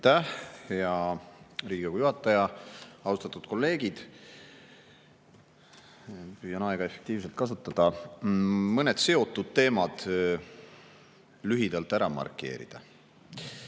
hea Riigikogu juhataja! Austatud kolleegid! Püüan aega efektiivselt kasutada, mõned seotud teemad lühidalt ära markeerida.